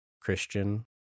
Christian